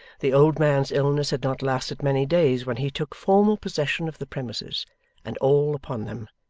the old man's illness had not lasted many days when he took formal possession of the premises and all upon them,